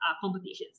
competitions